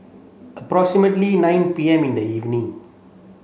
approximately nine P M in the evening